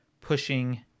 pushing